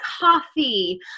coffee